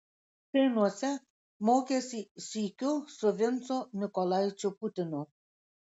seinuose mokėsi sykiu su vincu mykolaičiu putinu